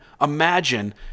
imagine